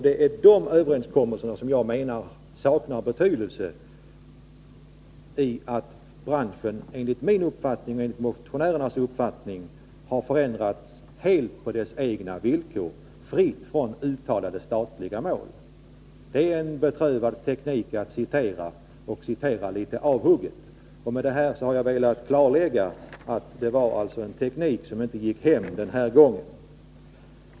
Det är dessa överenskommelser som saknar betydelse, därför att branschen enligt min och motionärernas uppfattning har förändrats helt på sina egna villkor, fritt från uttalade statliga mål. Det är en beprövad teknik att citera valda delar. Med detta har jag velat visa att det är en teknik som inte gick hem den här gången.